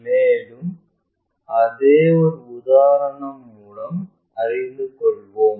மேலும் அதை ஒரு உதாரணம் மூலம் அறிந்து கொள்வோம்